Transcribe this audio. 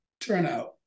turnout